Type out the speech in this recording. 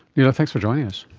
yeah thanks for joining us.